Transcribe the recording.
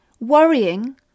worrying